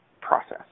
process